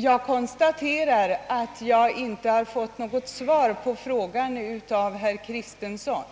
Jag konstaterar att jag inte fått något svar av herr Kristenson